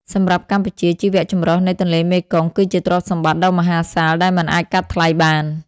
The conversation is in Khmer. សម្រាប់កម្ពុជា ជីវៈចម្រុះនៃទន្លេមេគង្គគឺជាទ្រព្យសម្បត្តិដ៏មហាសាលដែលមិនអាចកាត់ថ្លៃបាន។